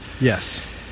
Yes